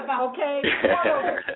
Okay